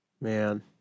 Man